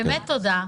באמת תודה,